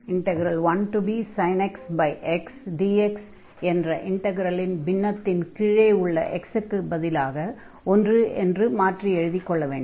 ஆகையால் 1bsin x xdx என்ற இன்டக்ரலில் பின்னத்தின் கீழே உள்ள x க்குப் பதிலாக ஒன்று என்று எடுத்துக் கொள்ள வேண்டும்